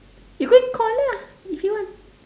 you go and call lah if you want